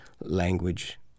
language